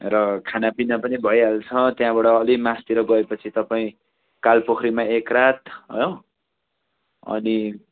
र खाना पिना पनि भइहाल्छ त्यहाँबाट अलिक मास्तिर गए पछि तपाईँ कालपोखरीमा एक रात हो अनि